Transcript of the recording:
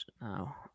now